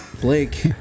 Blake